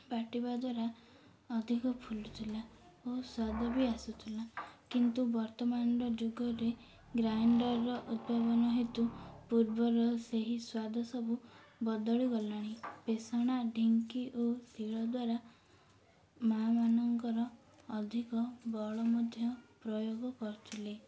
ବାଟିବା ଦ୍ୱାରା ଅଧିକ ଫୁଲୁ ଥିଲା ଓ ସ୍ୱାଦ ବି ଆସୁଥିଲା କିନ୍ତୁ ବର୍ତ୍ତମାନର ଯୁଗରେ ଗ୍ରାଇଣ୍ଡରର ଉଦ୍ଭାବନା ହେତୁ ପୂର୍ବର ସେହି ସ୍ୱାଦ ସବୁ ବଦଳି ଗଲାଣି ପେଷଣା ଢିଙ୍କି ଓ ଶିଳ ଦ୍ୱାରା ମାଆ ମାନଙ୍କର ଅଧିକ ବଳ ମଧ୍ୟ ପ୍ରୟୋଗ କରୁଥିଲେ